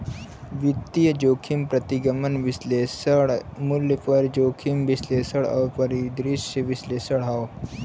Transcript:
वित्तीय जोखिम प्रतिगमन विश्लेषण, मूल्य पर जोखिम विश्लेषण और परिदृश्य विश्लेषण हौ